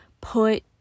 put